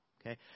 Okay